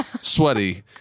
sweaty